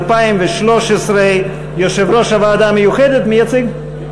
התשע"ג 2013. יושב-ראש הוועדה המיוחדת מייצג,